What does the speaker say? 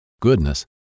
goodness